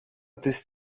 τις